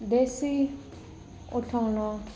ਦੇਸੀ ਉਠੋਨੋ